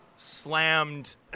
slammed